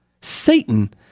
Satan